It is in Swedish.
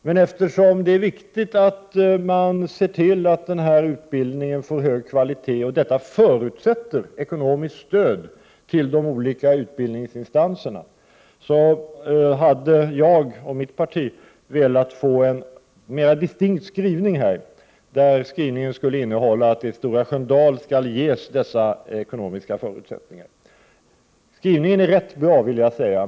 Men eftersom det är väsentligt att man ser till att utbildningen får en hög kvalitet — och detta förutsätter ekonomiskt stöd till de olika utbildningsinstanserna— hade jag och mitt parti velat få en mera distinkt skrivning i betänkandet. I skrivningen skulle framgå att Stora Sköndal skulle ges dessa ekonomiska förutsättningar. Jag tycker att skrivningen är rätt bra.